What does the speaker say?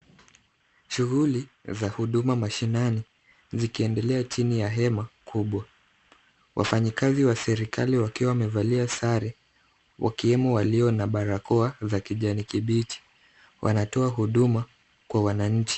Shughuli za huduma mashinani zikiendelea chini ya hema kubwa. Wafanyikazi wa serikali wakiwa wamevalia sare wakiwemo walio na barakoa za kijani kibichi wanatoa huduma kwa wananchi.